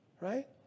right